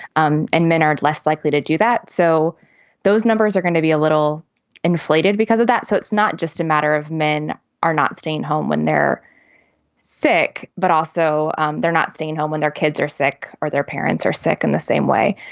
um and men are less likely to do that. so those numbers are going to be a little inflated because of that. so it's not just a matter of men are not staying home when they're sick, but also um they're not staying home when their kids are sick or their parents are sick in the same way.